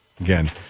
again